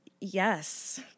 yes